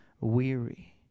weary